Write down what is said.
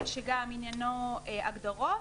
שגם עניינו הגדרות,